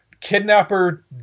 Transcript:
Kidnapper